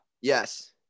Yes